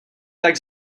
tak